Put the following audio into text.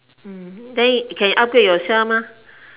mm then can update yourself mah